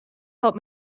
help